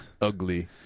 ugly